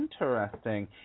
interesting